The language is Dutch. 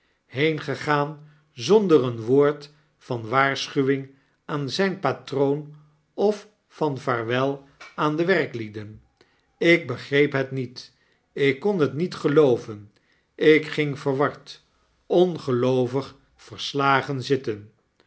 heengegaan zonder een woord vanwaarschuwing aan zrni patroon of van vaarwel aan de werklieden ik begreep het niet ik kon het niet gelooven ik ging verward ongeloovig verslagen zitten